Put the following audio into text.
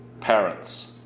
parents